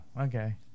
Okay